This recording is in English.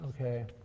Okay